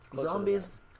Zombies